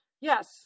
Yes